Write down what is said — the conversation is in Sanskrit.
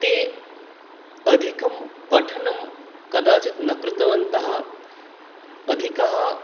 ते अधिकं पठनं कदाचित् न कृतवन्तः अधिकः